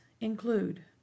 include